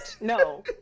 no